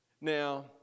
Now